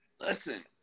listen